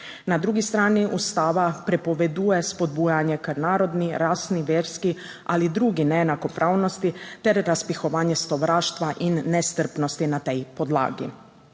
Na drugi strani ustava prepoveduje spodbujanje k narodni, rasni, verski ali drugi neenakopravnosti ter razpihovanje sovraštva in nestrpnosti na tej podlagi.